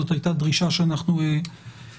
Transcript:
זאת הייתה דרישה שאנחנו העלינו.